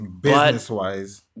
Business-wise